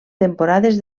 temporades